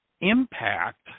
impact